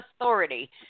authority